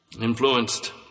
influenced